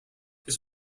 his